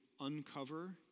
uncover